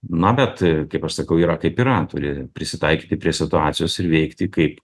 na bet kaip aš sakau yra kaip yra turi prisitaikyti prie situacijos ir veikti kaip